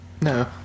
No